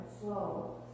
slow